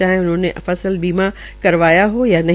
चाहे उन्होंने फसल बीमा करवाया है या नहीं